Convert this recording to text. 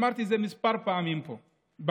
אמרתי את זה כמה פעמים פה במליאה,